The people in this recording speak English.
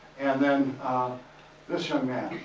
and then this young man,